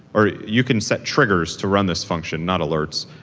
or you can set triggers to run this function, not alerts.